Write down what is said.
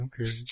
Okay